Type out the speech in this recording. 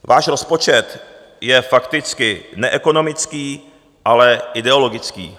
Váš rozpočet je fakticky neekonomický, ale ideologický.